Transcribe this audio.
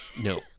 No